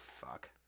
fuck